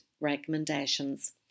recommendations